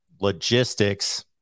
logistics